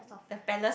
the Palace